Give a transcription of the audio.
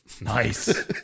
Nice